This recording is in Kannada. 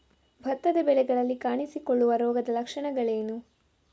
ಭತ್ತದ ಬೆಳೆಗಳಲ್ಲಿ ಕಾಣಿಸಿಕೊಳ್ಳುವ ರೋಗದ ಲಕ್ಷಣಗಳೇನು?